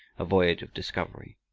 a voyage of discovery